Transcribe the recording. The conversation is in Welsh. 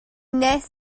wnes